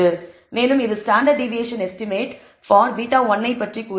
மேலும் இது standard deviation estimate for β1 ஐ பற்றி கூறுகிறது